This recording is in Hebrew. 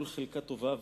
כל חלקה טובה,